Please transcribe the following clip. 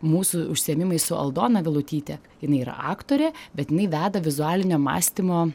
mūsų užsiėmimai su aldona vilutyte jinai yra aktorė bet jinai veda vizualinio mąstymo